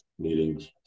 meetings